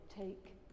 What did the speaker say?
Take